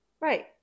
right